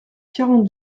quarante